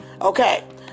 Okay